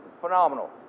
Phenomenal